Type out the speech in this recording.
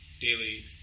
daily